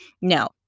No